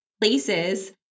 places